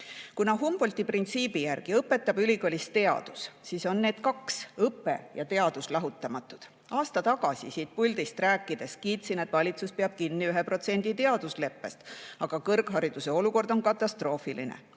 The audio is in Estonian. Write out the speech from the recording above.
Kuna Humboldti printsiibi järgi õpetab ülikoolis teadus, siis on need kaks – õpe ja teadus – lahutamatud. Aasta tagasi siit puldist rääkides kiitsin, et valitsus peab kinni 1% teadusleppest, aga kõrghariduse olukord on katastroofiline.